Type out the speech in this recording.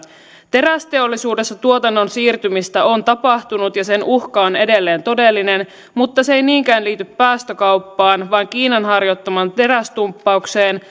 terästeollisuudessa tuotannon siirtymistä on tapahtunut ja sen uhka on edelleen todellinen mutta se ei niinkään liity päästökauppaan vaan kiinan harjoittamaan teräsdumppaukseen